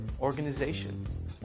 organization